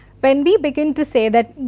when we begin to say that,